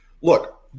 Look